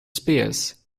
spears